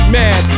mad